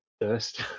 Thirst